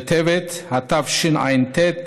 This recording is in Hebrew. בטבת התשע"ט,